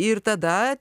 ir tada